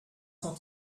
cent